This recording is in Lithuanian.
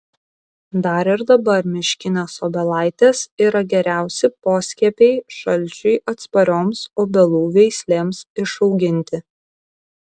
dar ir dabar miškinės obelaitės yra geriausi poskiepiai šalčiui atsparioms obelų veislėms išauginti